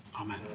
amen